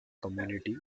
community